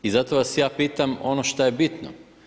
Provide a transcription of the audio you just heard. I zato vas ja pitam ono što je bitno.